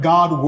God